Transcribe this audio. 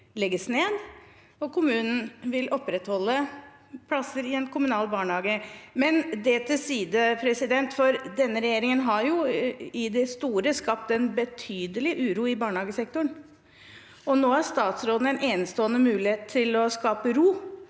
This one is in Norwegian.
legges ned og kommunen vil opprettholde plasser i en kommunal barnehage. Det til side: Denne regjeringen har i det store skapt en betydelig uro i barnehagesektoren. Nå har statsråden en enestående mulighet til å skape ro.